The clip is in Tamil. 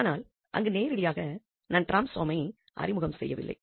ஆனால் அங்கு நேரடியாக நாம் டிரான்ஸ்பாமை அறிமுகம் செய்யவில்லை